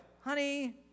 Honey